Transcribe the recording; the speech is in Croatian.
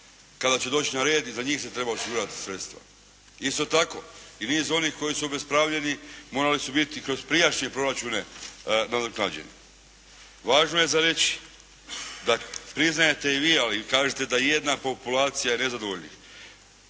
kada će doći na red, i za njih se treba osigurati sredstva. Isto tako, i niz onih koji su obespravljeni morali su biti kroz prijašnje proračune nadoknađeni. Važno je za reći da priznajete i vi, ali kažite da jedna populacija nezadovoljnih.